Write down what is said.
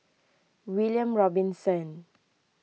William Robinson